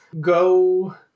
Go